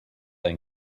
ein